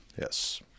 Yes